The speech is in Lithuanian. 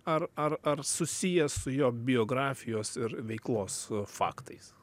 ar ar ar susijęs su jo biografijos ir veiklos faktais